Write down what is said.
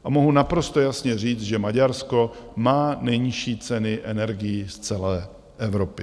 A mohu naprosto jasně říct, že Maďarsko má nejnižší ceny energií z celé Evropy.